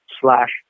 slash